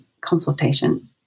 consultation